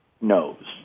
knows